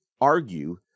argue